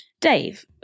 Dave